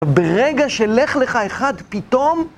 ברגע שלך לך אחד פתאום...